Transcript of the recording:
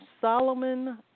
Solomon